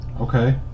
Okay